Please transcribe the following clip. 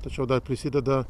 tačiau dar prisideda